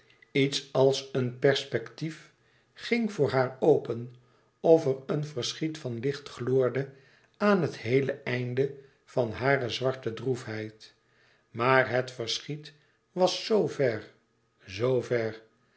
iets als een perspectief ging voor haar open of er een verschiet van licht gloorde aan het héele einde van hare zwarte e ids aargang droefheid maar het verschiet was zoo ver